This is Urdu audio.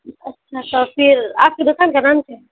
اچھا تو پھر آپ کی دکان کا نام کیا ہے